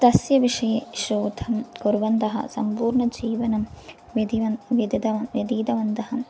तस्य विषये शोधं कुर्वन्तः सम्पूर्णजीवनं विधिवत् विदितवन्तः व्यतीतवन्तः